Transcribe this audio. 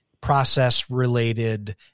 process-related